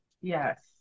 Yes